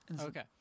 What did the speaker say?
Okay